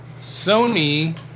Sony